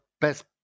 best